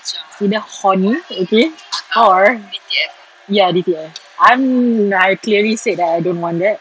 either horny okay or ya D_T_F ah I'm nah clearly said that I don't want that